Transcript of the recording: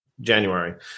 January